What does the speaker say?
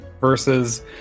versus